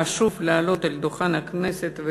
אל דוכן הכנסת,